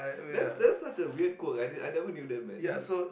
that's that's such a weird quirk I I never knew that man